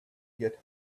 get